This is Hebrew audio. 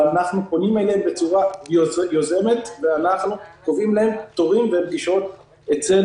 ואנחנו פונים אליהם בצורה יוזמת וקובעים להם תורים ופגישות אצל